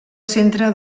centre